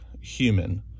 human